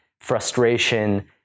frustration